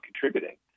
contributing